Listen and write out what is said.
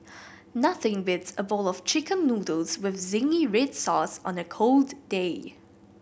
nothing beats a bowl of Chicken Noodles with zingy red sauce on a cold day